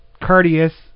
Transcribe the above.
courteous